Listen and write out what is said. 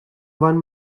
one